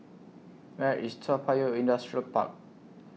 Where IS Toa Payoh Industrial Park